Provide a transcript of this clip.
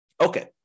Okay